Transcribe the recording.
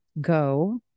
go